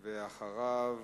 אחריו,